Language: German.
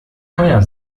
teuer